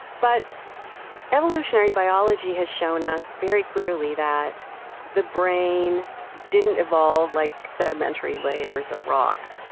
but evolutionary biology has shown us very clearly that the brain didn't evolve like sedimentary layers of rock.